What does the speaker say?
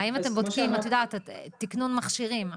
האם אתם בודקים תקנון מכשירים?